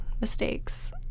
mistakes